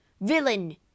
Villain